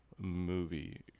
movie